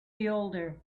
older